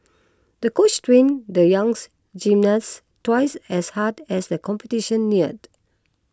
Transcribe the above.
the coach trained the young gymnast twice as hard as the competition neared